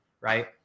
right